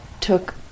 took